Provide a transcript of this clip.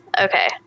Okay